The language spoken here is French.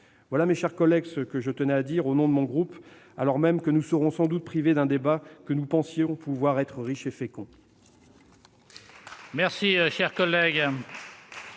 Voilà, mes chers collègues, ce que je tenais à dire au nom de mon groupe, alors que nous serons sans doute privés d'un débat que nous pensions pouvoir être riche et fécond.